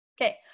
Okay